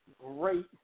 great